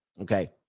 okay